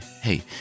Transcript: hey